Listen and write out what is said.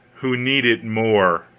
who need it more.